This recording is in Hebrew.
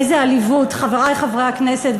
איזה עליבות, חברי חברי הכנסת.